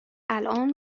الان